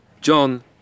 John